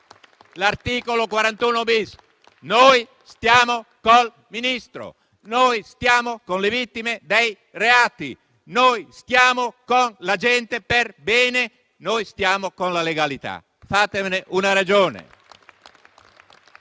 Noi stiamo col Ministro. Noi stiamo con le vittime dei reati. Noi stiamo con la gente perbene. Noi stiamo con la legalità. Fatevene una ragione.